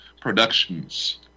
Productions